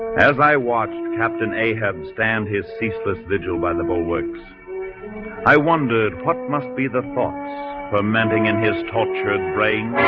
as i watched captain ahab stand his ceaseless vigilance will works i wondered what must be the thoughts fermenting in his tortured brain